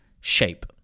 shape